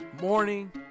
morning